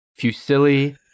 Fusilli